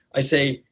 i say,